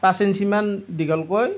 পাঁচ ইঞ্চিমান দীঘলকৈ